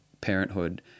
parenthood